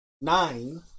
nine